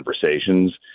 conversations